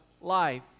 life